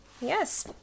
yes